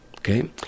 okay